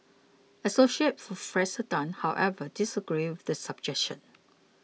assoc Prof Tan however disagreed with the suggestion